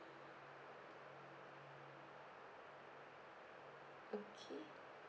okay